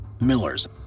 millers